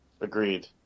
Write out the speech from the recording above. Agreed